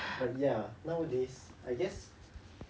but ya nowadays I guess